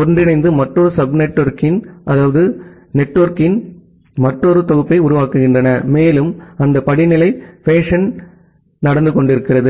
ஒன்றிணைந்து மற்றொரு நெட்வொர்க்கின் மற்றொரு தொகுப்பை உருவாக்குகின்றன மேலும் அந்த படிநிலை ஃபேஷன் நடந்து கொண்டிருக்கிறது